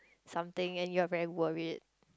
something and you are very worried